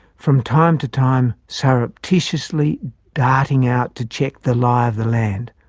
from time-to-time surreptitiously darting out to check the lie of the land,